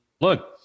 look